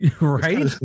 right